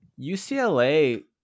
UCLA